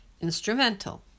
instrumental